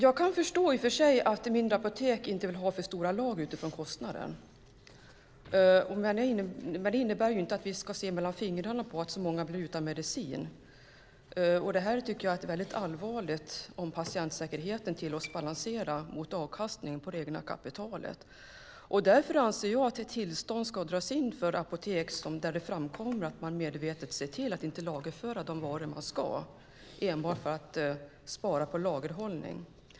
Jag kan förstå att mindre apotek inte vill ha alltför stora lager med tanke på kostnaden, men det innebär inte att vi ska se mellan fingrarna på att många blir utan medicin. Det är mycket allvarligt om patientsäkerheten tillåts balansera mot avkastningen på det egna kapitalet. Därför anser jag att tillståndet ska dras in för apotek där det framkommer att de medvetet inte lagerför de varor som de ska enbart för att spara på lagerhållning.